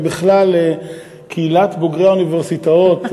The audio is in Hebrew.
ובכלל קהילת בוגרי האוניברסיטאות,